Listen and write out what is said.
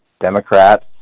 Democrats